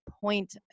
point